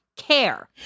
care